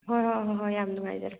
ꯍꯣꯏ ꯍꯣꯏ ꯍꯣꯏ ꯍꯣꯏ ꯌꯥꯝ ꯅꯨꯡꯉꯥꯏꯖꯔꯦ